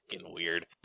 weird